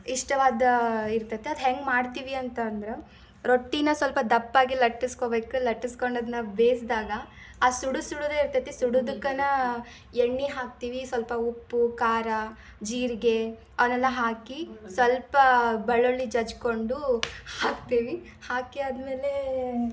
ಇಷ್ಟವಾದ್ದು ಇರ್ತತೆ ಅದು ಹೆಂಗೆ ಮಾಡ್ತೀವಿ ಅಂತಂದ್ರೆ ರೊಟ್ಟಿನ ಸ್ವಲ್ಪ ದಪ್ಪಾಗಿ ಲಟ್ಟಿಸ್ಕೊಬೇಕು ಲಟ್ಟಿಸ್ಕೊಂಡು ಅದನ್ನ ಬೇಯಿಸಿದಾಗ ಆ ಸುಡು ಸುಡುದೇ ಇರ್ತತಿ ಸುಡುದಕ್ಕನೇ ಎಣ್ಣೆ ಹಾಕ್ತೀವಿ ಸ್ವಲ್ಪ ಉಪ್ಪು ಖಾರ ಜೀರಿಗೆ ಅವನ್ನೆಲ್ಲ ಹಾಕಿ ಸ್ವಲ್ಪ ಬೆಳ್ಳುಳ್ಳಿ ಜಜ್ಜಿಕೊಂಡು ಹಾಕ್ತೀವಿ ಹಾಕಿ ಆದಮೇಲೆ